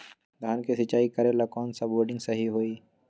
धान के सिचाई करे ला कौन सा बोर्डिंग सही होई?